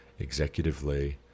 executively